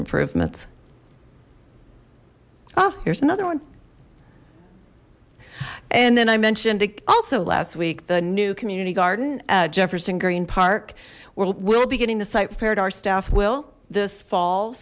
improvements oh here's another one and then i mentioned it also last week the new community garden at jefferson green park will be getting the site prepared our staff will this fall